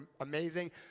amazing